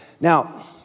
Now